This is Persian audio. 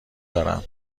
دارم